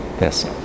Yes